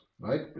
Right